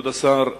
כבוד השר,